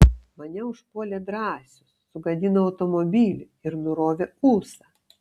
mane užpuolė drąsius sugadino automobilį ir nurovė ūsą